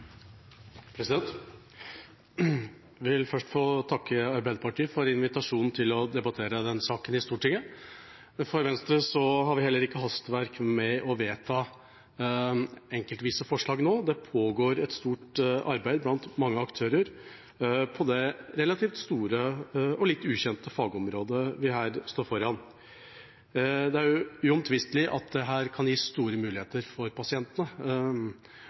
vil først få takke Arbeiderpartiet for invitasjonen til å debattere denne saken i Stortinget. For Venstre sin del har vi heller ikke hastverk med å vedta enkeltvise forslag nå. Det pågår et stort arbeid blant mange aktører på det relativt store, og litt ukjente, fagområdet vi her står foran. Det er jo uomtvistelig at det her kan gis store muligheter for pasientene,